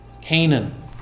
Canaan